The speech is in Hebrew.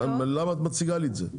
למה את מציגה לי את זה?